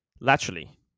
laterally